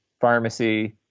pharmacy